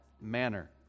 manner